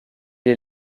est